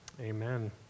Amen